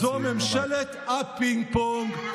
זו ממשלת הפינג-פונג,